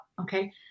Okay